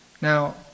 Now